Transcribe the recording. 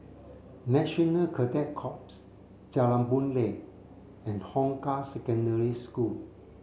National Cadet Corps Jalan Boon Lay and Hong Kah Secondary School